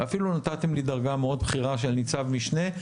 ואפילו נתתם לי דרגה מאוד בכירה של ניצב משנה,